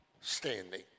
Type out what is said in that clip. standing